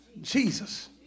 Jesus